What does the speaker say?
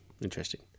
interesting